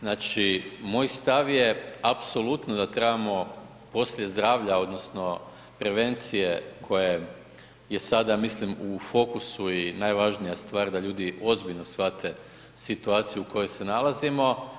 Znači moj stav je apsolutno da trebamo poslije zdravlja odnosno prevencije koja je sada mislim u fokusi i najvažnija stvar da ljudi ozbiljno shvate situaciju u kojoj se nalazimo.